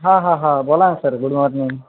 हां हां हां बोला ना सर गुड मॉर्निंग